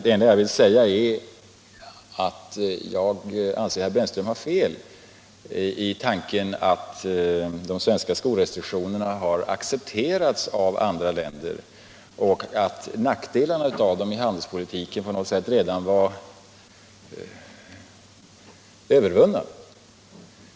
Det enda jag vill tillägga är att jag anser att herr Brännström har fel i sin uppfattning att de svenska skorestriktionerna har accepterats av andra länder och att de handelspolitiska nackdelarna av dem redan är på något sätt övervunna.